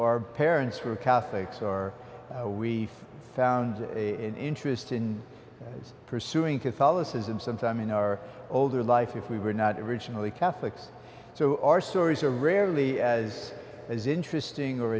our parents were catholics or we found interest in pursuing catholicism some time in our older life if we were not originally catholics so our stories are rarely as as interesting or